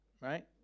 right